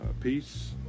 Peace